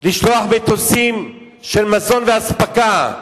לשלוח מטוסים של מזון ואספקה,